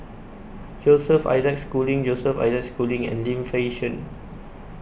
Joseph Isaac Schooling Joseph Isaac Schooling and Lim Fei Shen